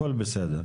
הכול בסדר.